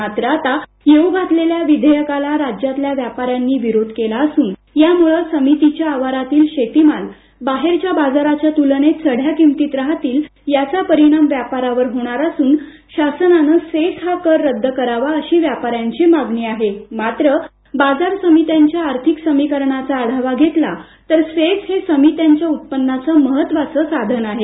मात्र आता येऊ घातलेल्या विधेयकाला राज्यातल्या व्यापाऱ्यांनी विरोध केला असून या विधेयकामुळे समितीच्या आवारातील शेतीमाल बाहेरच्या बाजाराच्या तुलनेत चढ्या किमतीत राहतील याचा परिणाम व्यापारावर होणार असून शासनानं सेस हा कर रद्द करावा अशी मागणी केली मात्र बाजार समित्यांच्या आर्थिक समीकरणाचा आढावा घेतला तर सेस हे समित्यांच्या उत्पन्नाचं महत्त्वाचं साधन आहे